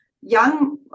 young